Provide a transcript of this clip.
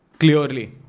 Clearly